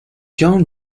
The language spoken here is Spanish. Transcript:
john